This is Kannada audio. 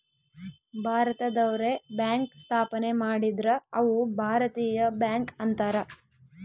ಭಾರತದವ್ರೆ ಬ್ಯಾಂಕ್ ಸ್ಥಾಪನೆ ಮಾಡಿದ್ರ ಅವು ಭಾರತೀಯ ಬ್ಯಾಂಕ್ ಅಂತಾರ